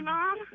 Mom